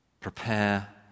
prepare